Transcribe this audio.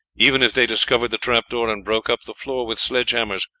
even if they discovered the trap-door and broke up the floor with sledgehammers,